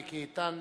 מיקי איתן,